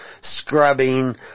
scrubbing